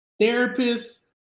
therapists